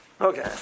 Okay